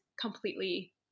completely